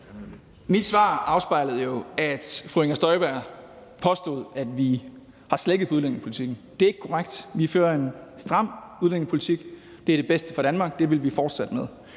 Mit svar var jo affødt af, at fru Inger Støjberg påstod, at vi har slækket på udlændingepolitikken. Det er ikke korrekt. Vi fører en stram udlændingepolitik, for det er det bedste for Danmark, så det vil vi fortsætte med.